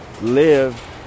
live